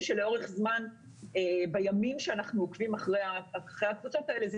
שלאורך זמן בימים שאנחנו עוקבים אחרי הקבוצות האלה,